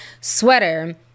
sweater